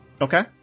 Okay